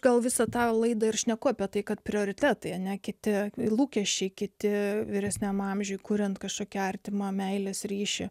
gal visą tą laidą ir šneku apie tai kad prioritetai ane kiti lūkesčiai kiti vyresniame amžiuje kuriant kažkokį artimo meilės ryšį